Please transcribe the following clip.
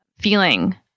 feeling